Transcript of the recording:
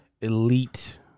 Elite